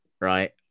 Right